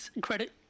credit